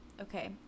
Okay